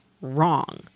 wrong